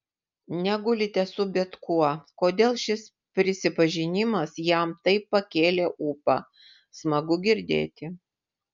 negulite su bet kuo kodėl šis prisipažinimas jam taip pakėlė ūpą smagu girdėti